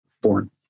born